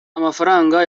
amafaranga